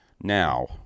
Now